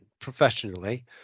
professionally